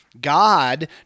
God